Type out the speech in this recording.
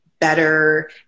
better